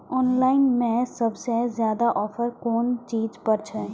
Online में सबसे ज्यादा ऑफर कोन चीज पर छे?